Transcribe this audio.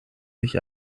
sich